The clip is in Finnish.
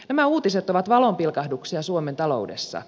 nämä uutiset ovat valonpilkahduksia suomen taloudessa